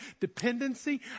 dependency